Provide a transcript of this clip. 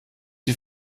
die